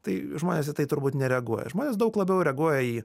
tai žmonės į tai turbūt nereaguoja žmonės daug labiau reaguoja į